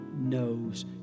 knows